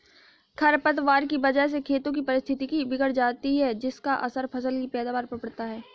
खरपतवार की वजह से खेतों की पारिस्थितिकी बिगड़ जाती है जिसका असर फसल की पैदावार पर पड़ता है